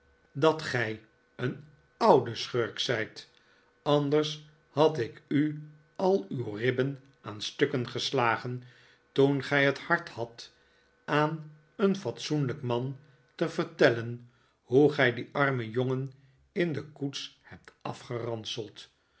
dat gij een oude schurk zijt anders'had ik u al uw ribben aan stukken geslagen toen gij het hart hadt aan een f atsoenlijk man te vertellen hoe gij dien armen jongen in de koets hebt afgeranseld